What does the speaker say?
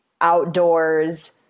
outdoors